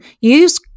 use